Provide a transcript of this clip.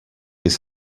his